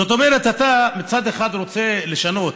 זאת אומרת, אתה מצד אחד רוצה לשנות,